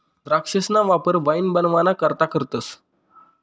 द्राक्षसना वापर वाईन बनवाना करता करतस